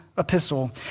Epistle